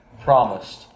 promised